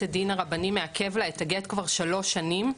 הדין הרבני מעכב לה את הגט כבר שלוש שנים,